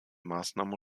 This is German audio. maßnahmen